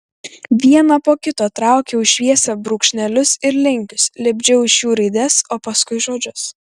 vieną po kito traukiau į šviesą brūkšnelius ir linkius lipdžiau iš jų raides o paskui žodžius